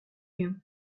you